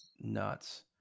Nuts